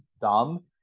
dumb